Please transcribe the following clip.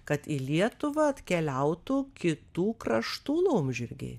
kad į lietuvą atkeliautų kitų kraštų laumžirgiai